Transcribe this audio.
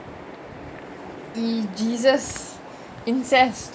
jesus incest